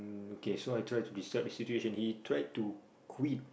okay so I try to describe the situation he tried to quit